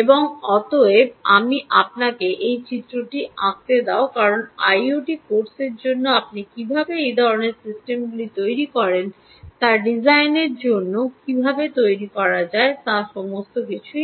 এবং অতএব আমি আপনাকে এই চিত্রটি আঁকতে দাও কারণ আইওটি কোর্সের জন্য আপনি কীভাবে এই ধরণের সিস্টেমগুলি তৈরি করেন তা ডিজাইনের জন্য কীভাবে তৈরি করা যায় তা সম্পর্কে সমস্ত কিছুই